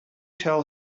tell